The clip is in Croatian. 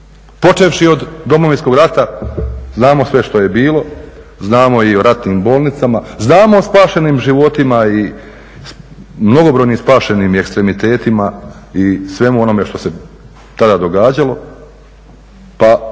počevši od Domovinskog rata. Znamo sve što je bilo, znamo i o ratnim bolnicama, znamo o spašenim životima i mnogobrojnim spašenim i ekstremitetima i svemu onome što se tada događalo, pa